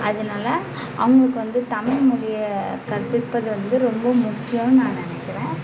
அதனால் அவங்களுக்கு வந்து தமிழ்மொலிய கற்றுப்பது வந்து ரொம்ப முக்கியம்னு நான் நினைக்கிறேன்